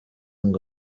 ngo